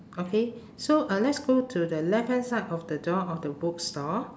okay so uh let's go to the left hand side of the door of the bookstore